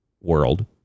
world